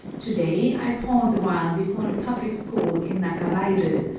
to-day i pause a while before the public-school in nakabairu,